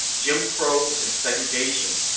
jim crow and segregation,